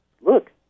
look